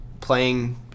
playing